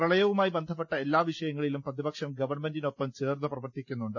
പ്രളയവുമായി ബന്ധപ്പെട്ട എല്ലാവിഷയങ്ങളിലും പ്രതി പക്ഷം ഗവൺമെന്റിനൊപ്പം ചേർന്നു പ്രവർത്തിക്കുന്നുണ്ട്